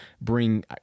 bring